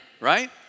right